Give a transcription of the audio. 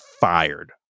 fired